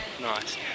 Nice